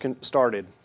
started